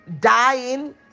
dying